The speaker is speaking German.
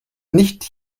nicht